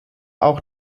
auch